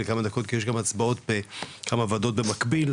כי יש הצבעות בכמה ועדות במקביל,